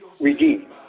redeem